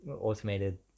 automated